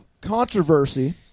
controversy